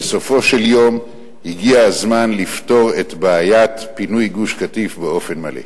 בסופו של יום הגיע הזמן לפתור את בעיית פינוי גוש-קטיף באופן מלא.